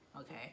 Okay